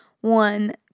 one